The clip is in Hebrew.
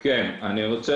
כן, אני רוצה